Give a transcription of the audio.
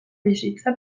bizitza